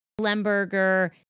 Lemberger